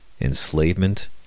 enslavement